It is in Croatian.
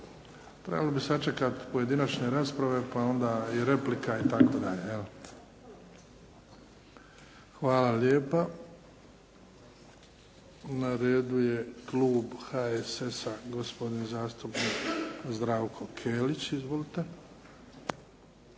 trebalo bi sačekati pojedinačne rasprave, pa onda i replika itd. Hvala lijepo. Na redu je klub HSS-a, gospodin zastupnik Zdravko Kelić. Izvolite.